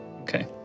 Okay